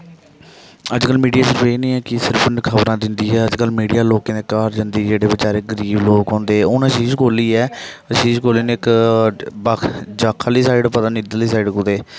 अज्जकल मिडिया सिर्फ एह् नेईं ऐ कि सिर्फ खब़रां दिंदी ऐ अज्जकल मिडिया लोकें दे घर जंदी जेह्ड़े बचारे गरीब लोक होंदे हून अशीश कोहली ऐ अशीश कोहली ने इक बक्ख जक्ख आह्ली साइड पता नेईं इद्धरली साइड कुतै